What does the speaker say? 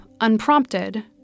unprompted